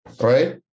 right